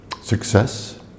success